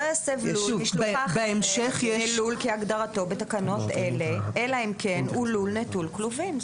לא יסב לול כהגדרתו בתקנות אלה אלא אם כן הוא לול נטול כלובים.